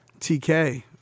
TK